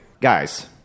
guys